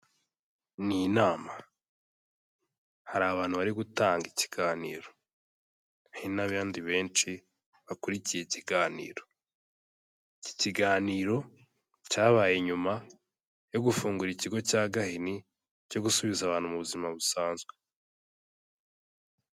Ni inama, hari abantu bari gutanga ikiganiro. Hari n'abandi benshi bakurikiye ikiganiro, iki kiganiro cyabaye nyuma yo gufungura ikigo cya Gahini, cyo gusubiza abantu mu buzima busanzwe.